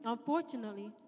Unfortunately